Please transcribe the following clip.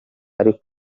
ari